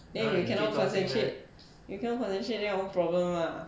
then you cannot concentrate then your own problem lah